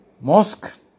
mosque